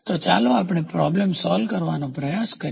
તો ચાલો આપણે પ્રોબ્લેમ સોલ્વ કરવાનો પ્રયાસ કરીએ